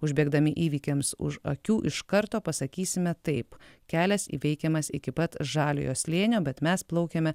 užbėgdami įvykiams už akių iš karto pasakysime taip kelias įveikiamas iki pat žaliojo slėnio bet mes plaukėme